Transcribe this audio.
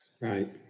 Right